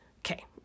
Okay